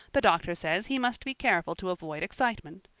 the doctor says he must be careful to avoid excitement.